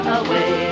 away